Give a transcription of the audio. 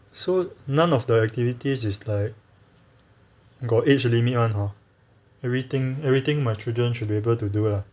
so none of the activities is like got age limit [one] hor everything everything my children should be able to do lah